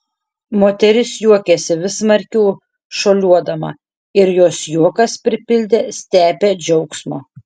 moteris juokėsi vis smarkiau šuoliuodama ir jos juokas pripildė stepę džiaugsmo